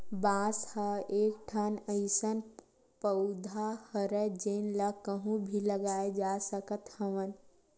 बांस ह एकठन अइसन पउधा हरय जेन ल कहूँ भी लगाए जा सकत हवन